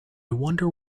wonder